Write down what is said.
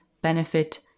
benefit